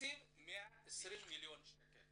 התקציב הוא 120 מיליון שקל